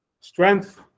Strength